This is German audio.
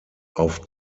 auf